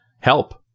help